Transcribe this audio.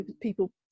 people